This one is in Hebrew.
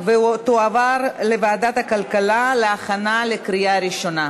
ותועבר לוועדת הכלכלה להכנה לקריאה ראשונה.